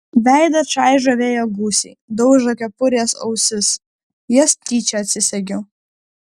veidą čaižo vėjo gūsiai daužo kepurės ausis jas tyčia atsisegiau